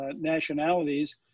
nationalities